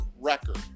record